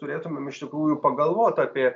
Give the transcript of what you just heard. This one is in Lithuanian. turėtumėm iš tikrųjų pagalvot apie